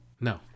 No